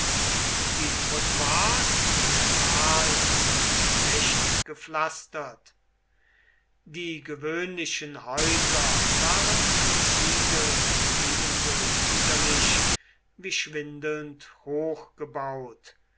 die trottoirs schmal und schlecht gepflastert die gewöhnlichen häuser waren von ziegeln ebenso liederlich wie schwindelnd